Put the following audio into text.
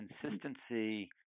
consistency